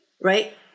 right